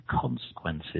consequences